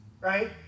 right